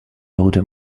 order